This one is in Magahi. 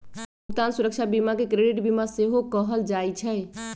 भुगतान सुरक्षा बीमा के क्रेडिट बीमा सेहो कहल जाइ छइ